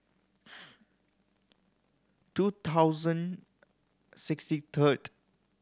two thousand sixty third